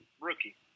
rookie